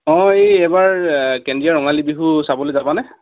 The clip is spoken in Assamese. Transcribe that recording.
অঁ এই এইবাৰ কেন্দ্ৰীয় ৰঙালী বিহু চাবলৈ যাবানে